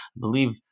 believe